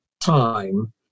time